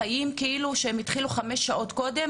חיים כאילו שהם התחילו חמש שעות קודם,